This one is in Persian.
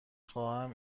خواهم